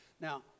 Now